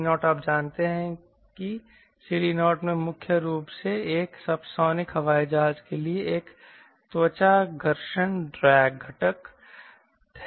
CD0 आप जानते हैं कि CD0 में मुख्य रूप से एक सबसोनिक हवाई जहाज के लिए एक त्वचा घर्षण ड्रैग घटक है